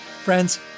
Friends